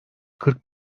kırk